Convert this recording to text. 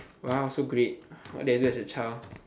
!wow! so great what did I do as a child